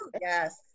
Yes